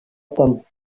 until